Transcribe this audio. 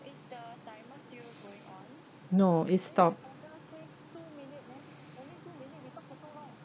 no it's stopped